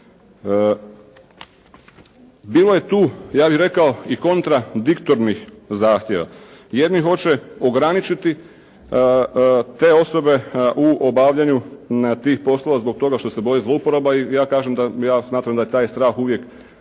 Bilo je tu, ja bih rekao i kontradiktornih zahtjeva. Jedni hoće ograničiti te osobe u obavljanju tih poslova zbog toga što se boje zlouporaba i ja kažem da ja smatram da je taj strah uvijek